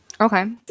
Okay